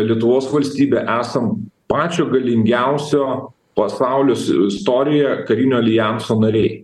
lietuvos valstybė esam pačio galingiausio pasaulio s istorijoje karinio aljanso nariai